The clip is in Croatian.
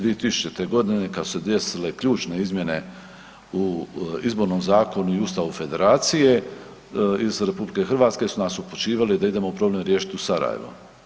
2000.g. kad su se desile ključne izmjene u Izbornom zakonu i Ustavu Federacije iz RH su nas upućivali da idemo problem riješiti u Sarajevo.